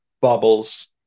bubbles